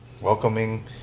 welcoming